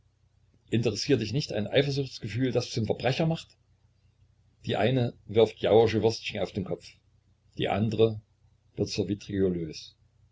interessiert dich nicht ein eifersuchtsgefühl das zum verbrecher macht die eine wirft jauersche würstchen auf den kopf die andere wird zur